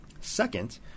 Second